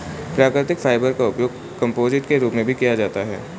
प्राकृतिक फाइबर का उपयोग कंपोजिट के रूप में भी किया जाता है